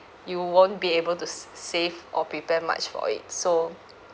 you won't be able to s~ save or prepare much for it so